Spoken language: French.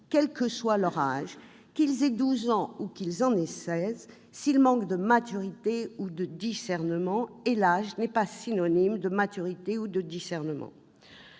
quel que soit leur âge, qu'ils aient douze ans ou qu'ils en aient seize, s'ils manquent de maturité ou de discernement. L'âge n'est pas synonyme de maturité ou de discernement.